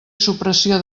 supressió